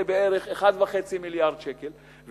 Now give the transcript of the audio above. וזה בערך 1.5 מיליארד שקל,